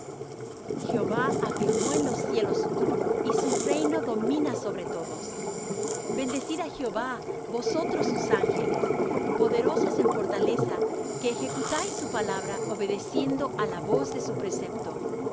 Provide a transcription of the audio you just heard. jehová afirmó en los cielos su trono y su reino domina sobre todos bendecid á jehová vosotros sus ángeles poderosos en fortaleza que ejecutáis su palabra obedeciendo á la voz de su precepto